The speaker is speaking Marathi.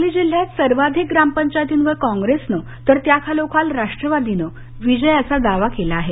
सांगली जिल्ह्यात काँग्रेसन सर्वाधिक ग्रामपंचायतींवर काँग्रेसन तर त्या खालोखाल राष्ट्रवादीन विजयाचा दावा केला आहे